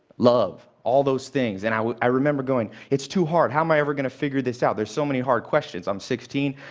love. all those things. and i i remember going, it's too hard. how am i ever going to figure this out? there's so many hard questions. i'm sixteen.